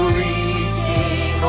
reaching